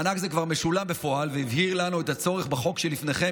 מענק זה כבר משולם בפועל והבהיר לנו את הצורך בחוק שלפניכם,